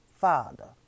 father